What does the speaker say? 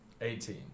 Eighteen